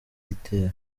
gitero